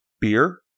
Beer